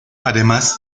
además